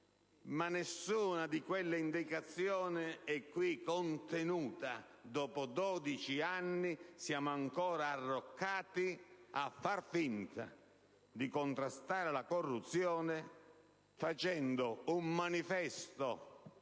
Nessuna di quelle indicazioni è qui contenuta: dopo 12 anni siamo ancora arroccati a far finta di contrastare la corruzione, facendo un manifesto